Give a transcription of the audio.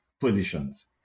positions